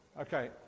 Okay